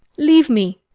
leave me,